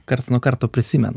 karts nuo karto prisimenu